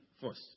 first